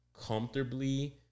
comfortably